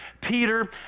Peter